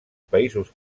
països